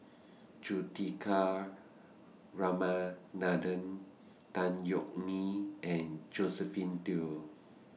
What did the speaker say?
Juthika Ramanathan Tan Yeok Nee and Josephine Teo